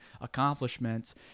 accomplishments